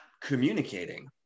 communicating